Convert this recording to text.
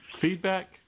Feedback